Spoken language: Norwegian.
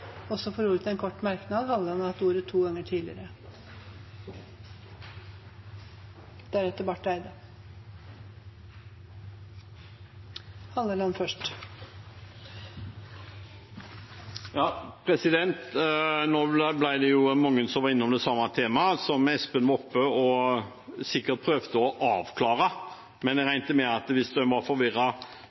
har hatt ordet to ganger tidligere og får ordet til en kort merknad, begrenset til 1 minutt. Nå har mange vært innom det samme temaet som Espen Barth Eide var oppe og sikkert prøvde å avklare. Men jeg regner med at hvis man var